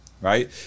right